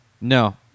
No